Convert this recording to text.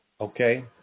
Okay